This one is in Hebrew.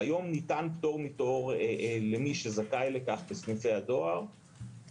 והיום ניתן פטור מתור למי שזכאי לכך בסניפי הדואר,